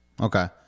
Okay